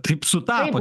taip sutapo